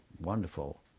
wonderful